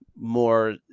more